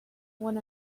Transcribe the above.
one